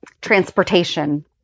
transportation